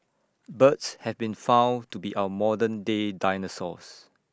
birds have been found to be our modern day dinosaurs